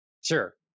Sure